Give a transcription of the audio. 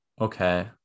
okay